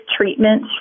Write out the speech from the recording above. treatment